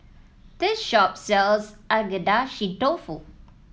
this shop sells Agedashi Dofu